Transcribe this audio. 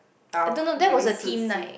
!wow! really suits you